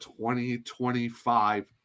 2025